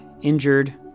injured